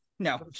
No